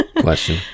question